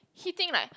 hitting like